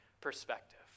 perspective